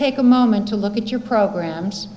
take a moment to look at your programs